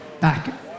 back